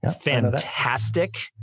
fantastic